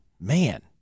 man